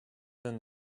than